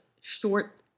short